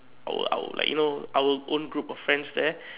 our our like you know our own group of friends there